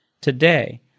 Today